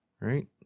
right